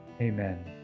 amen